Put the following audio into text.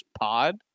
pod